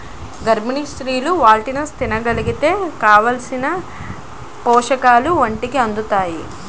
గర్భిణీ స్త్రీలు వాల్నట్స్ని తినగలిగితే కావాలిసిన పోషకాలు ఒంటికి అందుతాయి